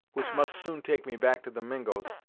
which must soon take me back to the mingos,